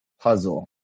puzzle